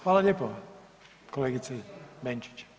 Hvala lijepo kolegici Benčić.